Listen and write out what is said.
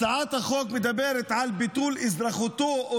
הצעת החוק מדברת על ביטול אזרחותו או